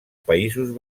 països